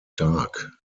dark